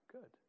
Good